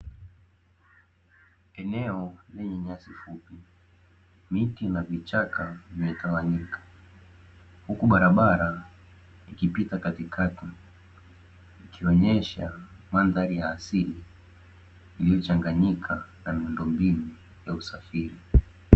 Eneo lenye nyasi fupi, miti na vichaka vimetawanyika, huku barabara ikipita katikati na ikionyesha mandhari ya asili; iliyochanganyika na miundombinu ya usafiri.